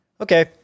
okay